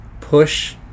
push